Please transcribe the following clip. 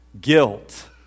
guilt